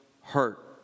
hurt